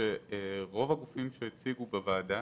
רוב הגופים שהציגו בוועדה